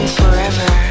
forever